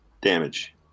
damage